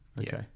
Okay